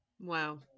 Wow